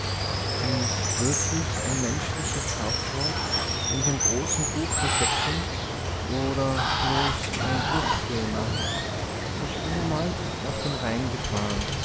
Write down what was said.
bin ich wirklich ein menschliches hauptwort in dem großen buch der schöpfung oder bloß en druckfehler ich bin emal auf dem rhein gefahren